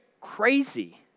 crazy